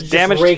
damage